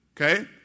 Okay